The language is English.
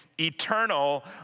eternal